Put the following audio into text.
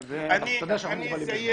אתה יודע שאנחנו מוגבלים בזמן.